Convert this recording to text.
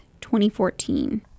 2014